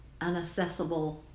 unaccessible